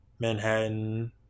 Manhattan